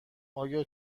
آیا